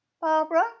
Barbara